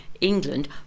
England